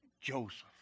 Joseph